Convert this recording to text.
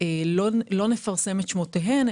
לא נפרסם את שמותיהן,